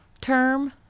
Term